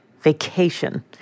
Vacation